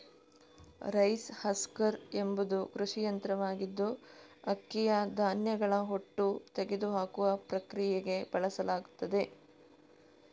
rice husker ಎಂಬುದು ಕೃಷಿ ಯಂತ್ರವಾಗಿದ್ದು ಅಕ್ಕಿಯ ಧಾನ್ಯಗಳ ಹೊಟ್ಟು ತೆಗೆದುಹಾಕುವ ಪ್ರಕ್ರಿಯೆಗೆ ಬಳಸಲಾಗುತ್ತದೆ